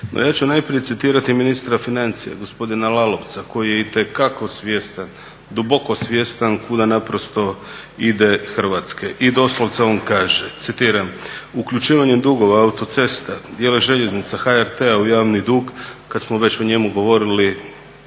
No ja ću najprije citirati ministra financija gospodina Lalovca koji je itekako svjestan, duboko svjestan kuda naprosto ide Hrvatska i doslovce on kaže, citiram: uključivanjem dugova autocesta, dijela željeznica, HRT-a u javni dug, kad smo već o njemu govorili